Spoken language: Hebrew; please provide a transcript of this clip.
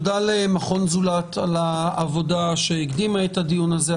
תודה למכון "זולת" על העבודה שהקדימה את הדיון הזה,